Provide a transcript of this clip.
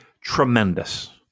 tremendous